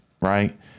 right